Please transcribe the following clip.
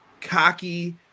cocky